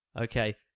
Okay